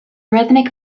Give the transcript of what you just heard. rhythmic